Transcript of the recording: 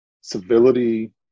civility